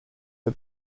for